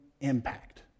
impact